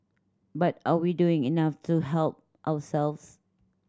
but are we doing enough to help ourselves